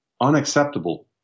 unacceptable